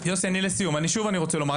שוב אני רוצה לומר.